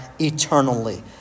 eternally